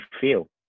feel